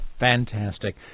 Fantastic